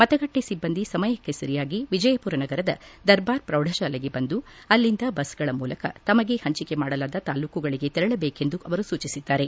ಮತಗಟ್ಟೆ ಸಿಬ್ಬಂದಿ ಸಮಯಕ್ಕೆ ಸರಿಯಾಗಿ ವಿಜಯಪುರ ನಗರದ ದರ್ಬಾರ್ ಪ್ರೌಢಶಾಲೆಗೆ ಬಂದು ಅಲ್ಲಿಂದ ಬಸ್ಗಳ ಮೂಲಕ ತಮಗೆ ಹಂಚಿಕೆ ಮಾಡಲಾದ ತಾಲ್ಲೂಕುಗಳಿಗೆ ತೆರಳಬೇಕೆಂದು ಅವರು ಸೂಚಿಸಿದ್ದಾರೆ